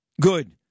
Good